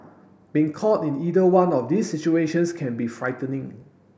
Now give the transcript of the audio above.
being caught in either one of these situations can be frightening